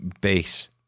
base